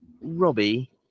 Robbie